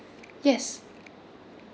yes